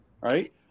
right